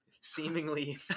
seemingly